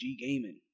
Gaming